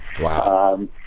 Wow